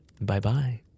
bye-bye